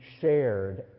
shared